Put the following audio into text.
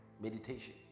meditation